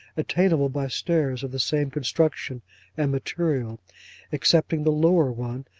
attainable by stairs of the same construction and material excepting the lower one,